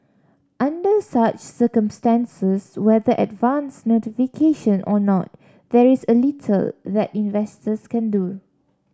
under such circumstances whether advance notification or not there is a little that investors can do